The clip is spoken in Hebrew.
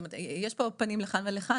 יש פה פנים לכאן ולכאן,